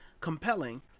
compelling